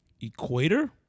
Equator